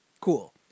Cool